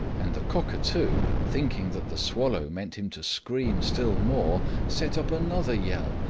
and the cockatoo, thinking that the swallow meant him to scream still more, set up another yell,